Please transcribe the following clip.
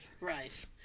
Right